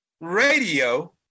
radio